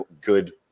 good